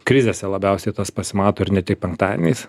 krizėse labiausiai tas pasimato ir ne tik penktadieniais